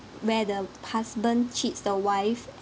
where the husband cheats the wife